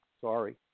Sorry